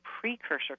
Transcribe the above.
precursor